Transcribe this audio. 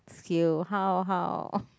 scale how how